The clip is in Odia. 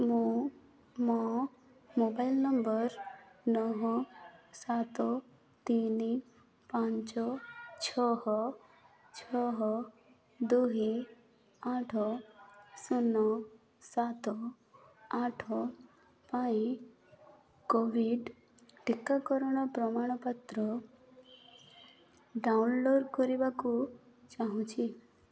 ମୁଁ ମୋ ମୋବାଇଲ୍ ନମ୍ବର ନଅ ସାତ ତିନି ପାଞ୍ଚ ଛଅ ଛଅ ଦୁଇ ଆଠ ଶୂନ ସାତ ଆଠ ପାଇଁ କୋଭିଡ଼୍ ଟିକାକରଣ ପ୍ରମାଣପତ୍ର ଡ଼ାଉନଲୋଡ଼୍ କରିବାକୁ ଚାହୁଁଛି